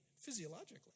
physiologically